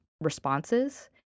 responses